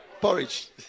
Porridge